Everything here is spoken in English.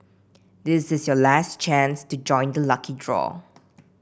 this is your last chance to join the lucky draw